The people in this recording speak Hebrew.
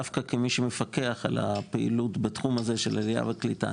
דווקא כמי שמפקח על הפעילות בתחום הזה של עלייה וקליטה,